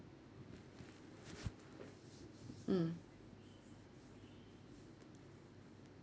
mm